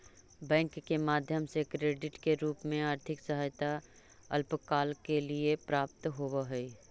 bank के माध्यम से क्रेडिट के रूप में आर्थिक सहायता अल्पकाल के लिए प्राप्त होवऽ हई